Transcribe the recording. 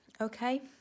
okay